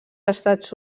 estats